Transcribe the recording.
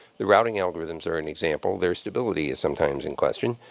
the routing algorithms are an example. their stability is sometimes in question.